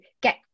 get